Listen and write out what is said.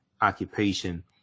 occupation